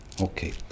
Okay